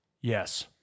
Yes